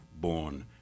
born